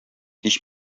кич